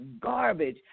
garbage